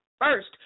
first